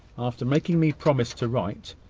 after making me promise to write,